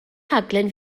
rhaglen